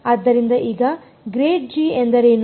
ಆದ್ದರಿಂದ ಈಗ ಎಂದರೇನು